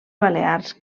balears